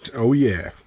oh, yeah.